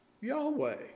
Yahweh